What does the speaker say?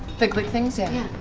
grick things? yeah.